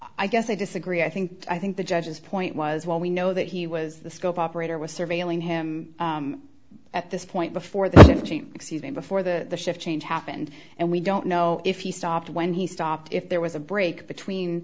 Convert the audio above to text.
i guess i disagree i think i think the judge's point was well we know that he was the scope operator was surveilling him at this point before the fifteen excuse me before the shift change happened and we don't know if he stopped when he stopped if there was a break between